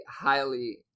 highly